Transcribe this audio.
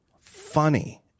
funny